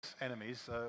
enemies